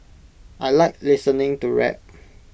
I Like listening to rap